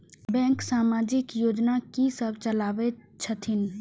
Bank समाजिक योजना की सब चलावै छथिन?